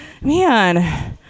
Man